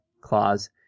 clause